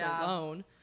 alone